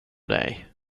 dig